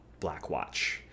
Blackwatch